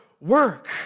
work